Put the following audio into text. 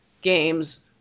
games